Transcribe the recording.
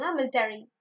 Military